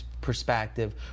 perspective